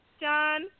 John